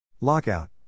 Lockout